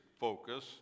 Focus